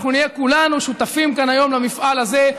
אנחנו נהיה כולנו שותפים כאן היום למפעל הזה,